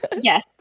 Yes